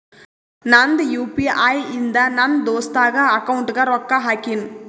ನಂದ್ U P I ಇಂದ ನನ್ ದೋಸ್ತಾಗ್ ಅಕೌಂಟ್ಗ ರೊಕ್ಕಾ ಹಾಕಿನ್